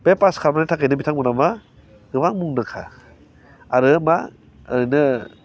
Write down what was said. बे पास खालामनायनि थाखायनो बिथांमोना मा गोबां मुंदांखा आरो मा ओरैनो